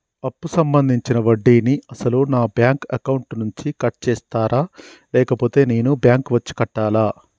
అప్పు సంబంధించిన వడ్డీని అసలు నా బ్యాంక్ అకౌంట్ నుంచి కట్ చేస్తారా లేకపోతే నేను బ్యాంకు వచ్చి కట్టాలా?